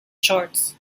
charts